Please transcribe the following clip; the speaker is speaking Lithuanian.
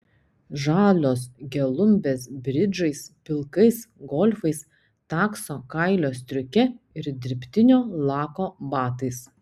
žalios gelumbės bridžais pilkais golfais takso kailio striuke ir dirbtinio lako batais